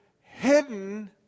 hidden